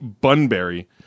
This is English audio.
Bunbury